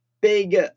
big